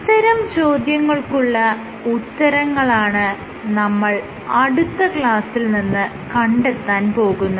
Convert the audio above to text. ഇത്തരം ചോദ്യങ്ങൾക്കുള്ള ഉത്തരങ്ങളാണ് നമ്മൾ അടുത്ത ക്ലാസ്സിൽ നിന്ന് കണ്ടെത്താൻ പോകുന്നത്